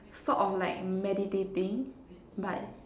sort of like meditating but